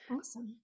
awesome